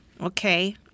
okay